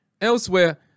Elsewhere